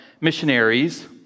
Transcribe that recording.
missionaries